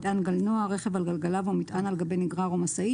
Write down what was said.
"מטען גלנוע" רכב על גלגליו או מטען על גבי נגרר או משאית,